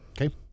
Okay